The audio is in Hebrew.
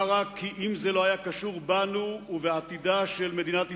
רק כי אם זה לא היה קשור בנו ובעתידה של מדינת ישראל,